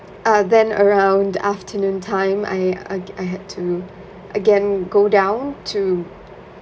uh then around the afternoon time I I g~ I had to again go down to